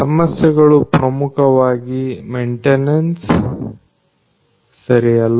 ಸಮಸ್ಯೆಗಳು ಪ್ರಮುಖವಾಗಿ ಮೆಂಟೇನೆನ್ಸ್ ಸರಿ ಅಲ್ವಾ